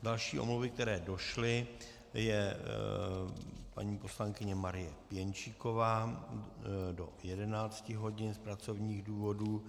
Další omluvy, které došly, paní poslankyně Marie Pěnčíková do 11 hodin z pracovních důvodů.